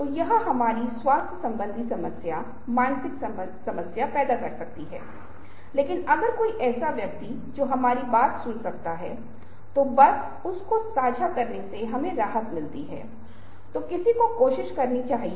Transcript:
तथ्य यह है कि हमारे पास स्माइली है तथ्य यह है कि हम इमोटिकॉन्स है तथ्य यह है कि हमारे पास छवियों है जो सोशल मीडिया पर वायरल है हमें बताता है कि छवियों अब एक बहुत ही महत्वपूर्ण भूमिका निभाते हैं